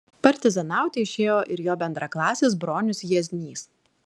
partizanauti išėjo ir jo bendraklasis bronius jieznys